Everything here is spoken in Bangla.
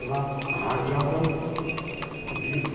এবং হাস যখন দিয়ে